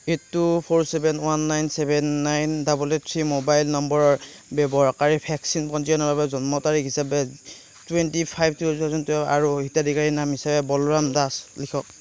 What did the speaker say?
eight two four seven one nine seven nine double eight three mobile নম্বৰৰ ব্যৱহাৰকাৰীৰ vaccine পঞ্জীয়নৰ বাবে জন্ম তাৰিখ হিচাপে twenty five two thousand twelve আৰু হিতাধিকাৰীৰ নাম হিচাপে বলোৰাম দাস লিখক